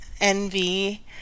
envy